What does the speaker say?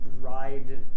ride